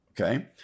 Okay